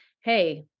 hey